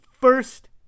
first